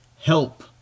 help